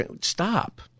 stop